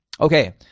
okay